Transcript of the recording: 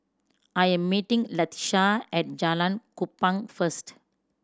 I am meeting Latisha at Jalan Kupang first